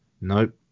Nope